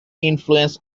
influence